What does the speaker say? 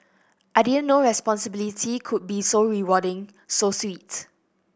I didn't know responsibility could be so rewarding so sweet